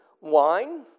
wine